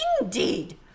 Indeed